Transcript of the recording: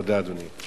תודה, אדוני.